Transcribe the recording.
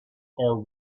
are